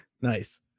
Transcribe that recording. Nice